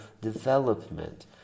Development